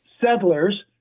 settlers